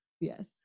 yes